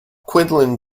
quinlan